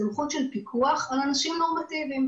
סמכות של פיקוח על אנשים נורמטיביים,